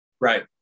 Right